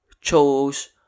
chose